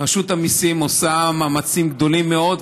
רשות המיסים עושה מאמצים גדולים מאוד,